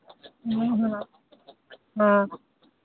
जी हाँ हाँ